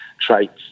traits